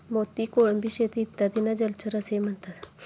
मोती, कोळंबी शेती इत्यादींना जलचर असेही म्हणतात